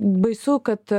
baisu kad